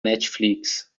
netflix